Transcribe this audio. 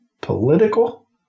political